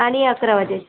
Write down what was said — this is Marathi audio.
आणि अकरा वाजायची